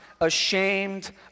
ashamed